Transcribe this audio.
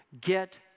get